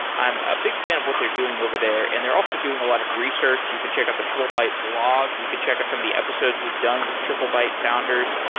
i'm a big fan of what they're doing over there and they're also doing a lot of research. you can check out the triplebyte blog. you can check out some of the episodes we've done with triplebyte founders.